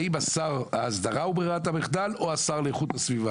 האם שר האסדרה הוא ברירת המחדל או השר לאיכות הסביבה?